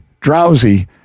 drowsy